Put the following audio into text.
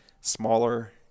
smaller